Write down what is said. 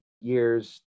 years